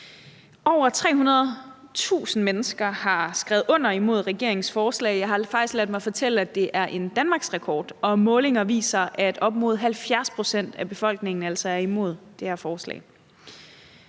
Over 300.000 mennesker har skrevet under imod regeringens forslag. Jeg har faktisk ladet mig fortælle, at det er danmarksrekord, og målinger viser, at op mod 70 pct. af befolkningen altså er imod det her forslag.